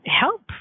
help